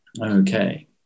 Okay